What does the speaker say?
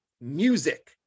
music